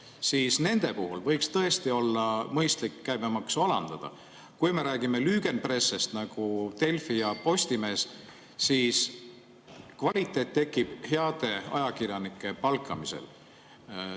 siis nende puhul võiks tõesti olla mõistlik käibemaksu alandada. Kui me räägimeLügenpresse'st, nagu Delfi ja Postimees, siis kvaliteet tekib heade ajakirjanike palkamisel.